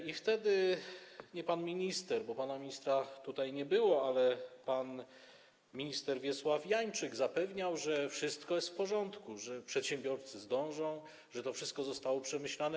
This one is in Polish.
I wtedy nie pan minister, bo pana ministra tutaj nie było, ale pan minister Wiesław Janczyk zapewniał, że wszystko jest w porządku, że przedsiębiorcy zdążą, że to wszystko zostało przemyślane.